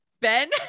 Ben